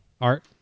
Art